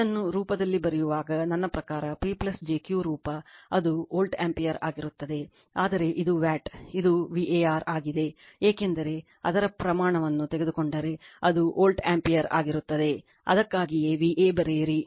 ಇದನ್ನು ರೂಪದಲ್ಲಿ ಬರೆಯುವಾಗ ನನ್ನ ಪ್ರಕಾರ P jQ ರೂಪ ಅದು ವೋಲ್ಟ್ ಆಂಪಿಯರ್ ಆಗಿರುತ್ತದೆ ಆದರೆ ಇದು ವ್ಯಾಟ್ ಮತ್ತು ಇದು var ಆಗಿದೆ ಏಕೆಂದರೆ ಅದರ ಪ್ರಮಾಣವನ್ನು ತೆಗೆದುಕೊಂಡರೆ ಅದು ವೋಲ್ಟ್ ಆಂಪಿಯರ್ ಆಗಿರುತ್ತದೆ ಅದಕ್ಕಾಗಿಯೇ VA ಬರೆಯಿರಿ